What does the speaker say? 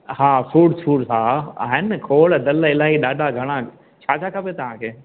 हा fruit fruit हा आहिनि न खोड़ डल इलाही ॾाढा घणा आहिनि छा छा खपे तव्हांखे